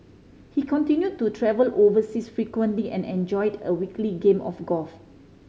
he continue to travel overseas frequently and enjoyed a weekly game of golf